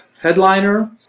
headliner